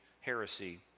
heresy